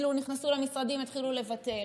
נכנסו למשרדים והתחילו לבטל.